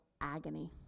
agony